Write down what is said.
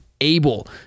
able